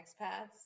expats